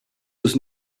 was